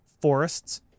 forests